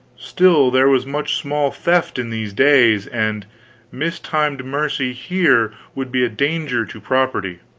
still there was much small theft in these days, and mistimed mercy here would be a danger to property